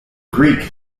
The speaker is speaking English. greek